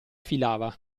filava